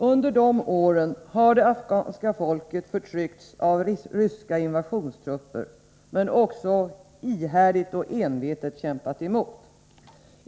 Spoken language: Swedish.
Under de åren har det afghanska folket förtryckts av ryska invasionstrupper men också ihärdigt och envetet kämpat emot.